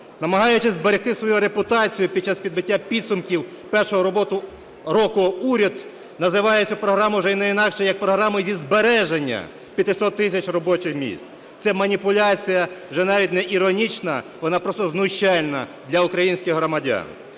Намагаючись зберегти свою репутацію під час підбиття підсумків першого року, уряд називає цю програму вже не інакше, як програмою зі збереження 500 тисяч робочих місць. Це маніпуляція, вже навіть не іронічна, вона просто знущальна для українських громадян.